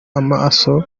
amaso